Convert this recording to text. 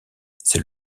c’est